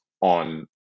on